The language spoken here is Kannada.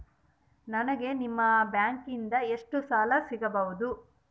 ನನಗ ನಿಮ್ಮ ಬ್ಯಾಂಕಿನಿಂದ ಎಷ್ಟು ಸಾಲ ಸಿಗಬಹುದು?